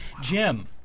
Jim